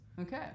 Okay